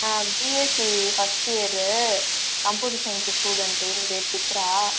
நான் BSc first year computer science student ஏன் பேர் சித்ரா